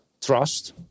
trust